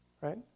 right